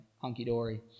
hunky-dory